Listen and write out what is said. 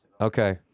Okay